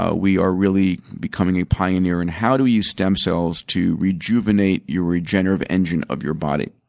ah we are really becoming a pioneer in how do we use stem cells to rejuvenate your regenerative engine of your body?